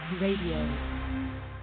Radio